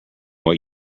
what